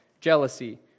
jealousy